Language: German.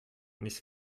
nicht